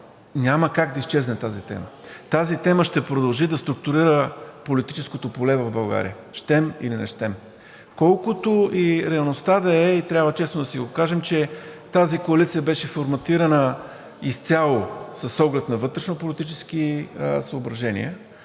няма как да изчезне тази тема. Тази тема ще продължи да структурира политическото поле в България щем или не щем. Колкото и реалността да е, и трябва честно да си го кажем, че тази коалиция беше форматирана изцяло с оглед на вътрешнополитически съображения